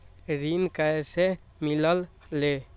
ऋण कईसे मिलल ले?